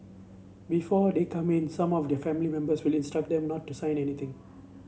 before they come in some of their family members will instruct them not to sign anything